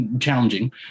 Challenging